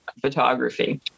photography